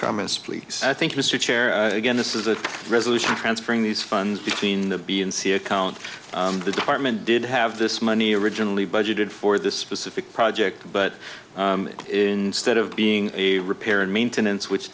comments please i think mr chair again this is a resolution transferring these funds between the b and c account of the department did have this money originally budgeted for this specific project but in stead of being a repair and maintenance which